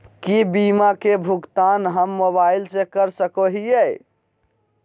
की बीमा के भुगतान हम मोबाइल से कर सको हियै?